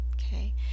okay